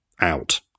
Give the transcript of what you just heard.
out